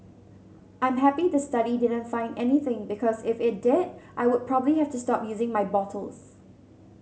I'm happy the study didn't find anything because if it did I would probably have to stop using my bottles